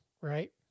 right